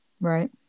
Right